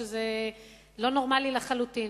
שזה לא נורמלי לחלוטין.